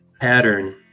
pattern